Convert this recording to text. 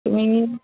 তুমি